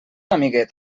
amiguet